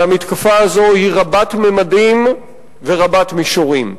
והמתקפה הזאת היא רבת ממדים ורבת מישורים.